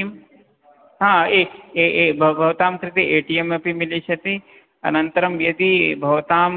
किं भवतां कृते ए टि एम् अपि मिलिष्यति अनन्तरं यदि भवतां